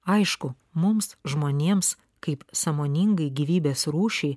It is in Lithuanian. aišku mums žmonėms kaip sąmoningai gyvybės rūšiai